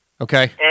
Okay